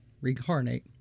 reincarnate